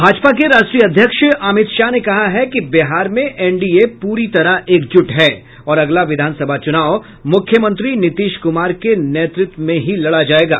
भाजपा के राष्ट्रीय अध्यक्ष अमित शाह ने कहा है कि बिहार में एनडीए पूरी तरह एकजुट है और अगला विधानसभा चुनाव मुख्यमंत्री नीतीश कुमार के नेतृत्व में ही लड़ा जायेगा